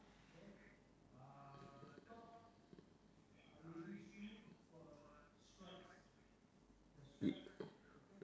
y~